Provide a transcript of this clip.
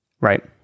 Right